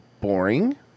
boring